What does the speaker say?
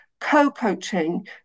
co-coaching